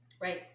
right